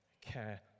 care